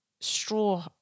straw